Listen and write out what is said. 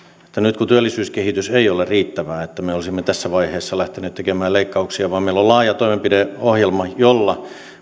nyt kun työllisyyskehitys ei ole riittävää että me olisimme tässä vaiheessa lähteneet tekemään leikkauksia vaan meillä on laaja toimenpideohjelma jolla